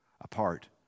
apart